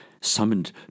summoned